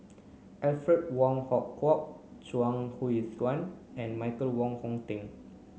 Alfred Wong Hong Kwok Chuang Hui Tsuan and Michael Wong Hong Teng